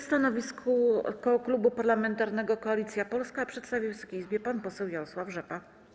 Stanowisko Klubu Parlamentarnego Koalicja Polska przedstawi Wysokiej Izbie pan poseł Jarosław Rzepa.